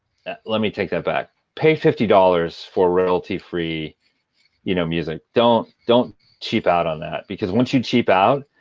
let me take that back. pay fifty dollars for royalty-free you know music. don't don't cheap out on that. because once you cheap out,